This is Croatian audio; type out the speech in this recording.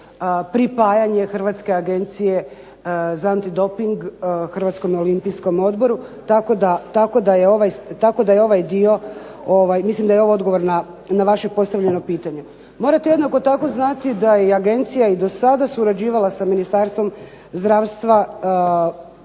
pripajanje Hrvatske agencije za antidoping HOO-u. Tako da je ovaj dio, mislim da je ovo odgovor na vaše postavljeno pitanje. Morate jednako tako znati da je agencija i dosada surađivala sa Ministarstvom zdravstva i